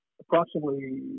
Approximately